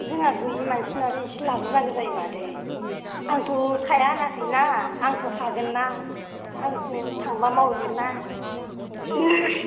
जोंहा गोयि मानसि नालाय एसे लाक्रोनांगौ जायो मादै आंथ' ताया होनाखै ना आंथ' थागोन ना आंथ' थांबा मावहैगोन ना